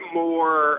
more